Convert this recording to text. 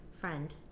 friend